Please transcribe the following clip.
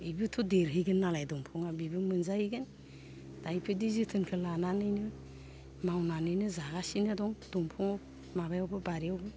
इबोथ' देरहैगोन नालाय दंफाङा बिबो मोनजाहैगोन दा इबायदि जोथोनखो लानानैनो मावनानैनो जागासिनो दं दंफाङाव माबायावबो बारियावबो